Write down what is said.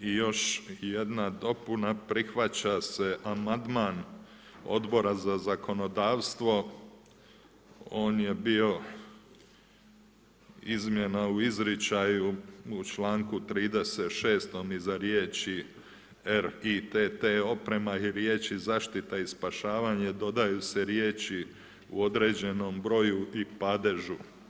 I još jedna dopuna, prihvaća se amandman Odbora za zakonodavstvo, on je bio izmjena u izričaju u članku 36. iza riječi: „RITT oprema“ i riječi: „zaštita i spašavanje“ dodaju se riječi: „u određenom broju i padežu“